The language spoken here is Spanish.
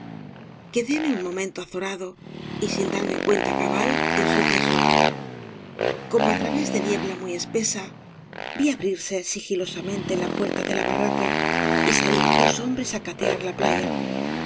chamuscados quédeme un momento azorado y sin darme cuenta cabal del suceso como á través de niebla muy espesa vi abrirse sigilosamente la puerta de la barraca y salir dos hombres á catear la playa